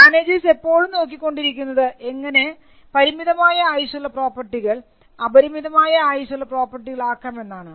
managers എപ്പോഴും നോക്കിക്കൊണ്ടിരിക്കുന്നത് എങ്ങനെ പരിമിതമായ ആയുസ്സുള്ള പ്രോപ്പർട്ടികൾ അപരിമിതമായ ആയുസ്സുള്ള പ്രോപ്പർട്ടികൾ ആക്കാമെന്നാണ്